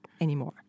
anymore